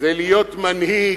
זה להיות מנהיג,